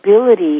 ability